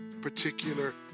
particular